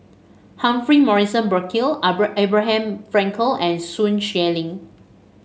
Humphrey Morrison Burkill Abraham Frankel and Sun Xueling